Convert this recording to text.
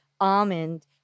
almond